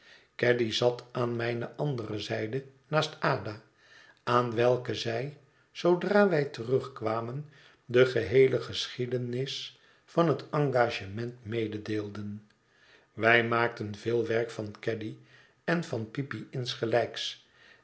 caddy zat aan mijne andere zijde naast ada aan welke wij zoodra wij terugkwamen de geheele geschiedenis van het engagement mededeelden wij maakten veel werk van caddy en van peepy insgelijks